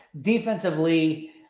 defensively